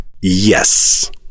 Yes